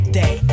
day